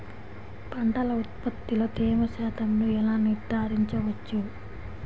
పంటల ఉత్పత్తిలో తేమ శాతంను ఎలా నిర్ధారించవచ్చు?